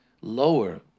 lower